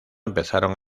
empezaron